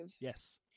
Yes